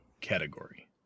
category